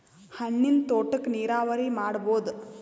ಹಣ್ಣಿನ್ ತೋಟಕ್ಕ ನೀರಾವರಿ ಮಾಡಬೋದ?